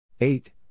eight